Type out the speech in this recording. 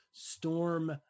Storm